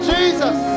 Jesus